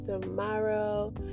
tomorrow